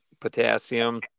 potassium